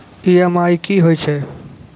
EMI कि होय छै?